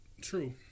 true